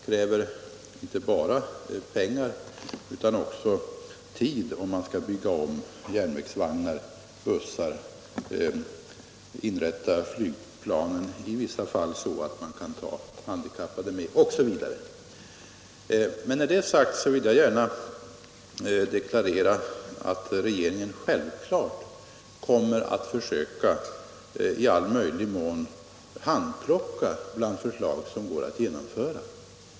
Det krävs inte bara pengar utan också tid om man skall bygga om järnvägsvagnar och bussar, inreda flygplan i vissa fall, så att man kan ta med handikappade osv. När detta är sagt vill jag gärna deklarera att regeringen självklart kommer att försöka i all möjlig mån att handplocka bland förslag som går att genomföra.